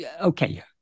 okay